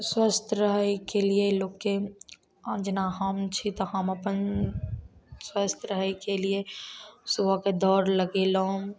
स्वस्थ रहयके लिए लोकके आब जेना हम छी तऽ हम अपन स्वस्थ रहयके लिए सुबह के दौड़ लगेलहुॅं